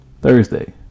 Thursday